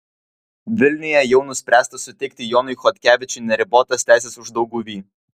vilniuje jau nuspręsta suteikti jonui chodkevičiui neribotas teises uždauguvy